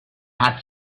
had